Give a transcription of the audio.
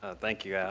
ah thank you, yeah